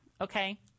okay